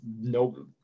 no